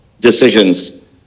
decisions